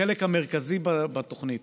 בחלק המרכזי בתוכנית,